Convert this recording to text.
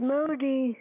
Modi